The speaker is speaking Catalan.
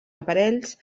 aparells